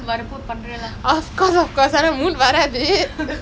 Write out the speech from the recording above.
I swear lah you go ask you go ask the other people lah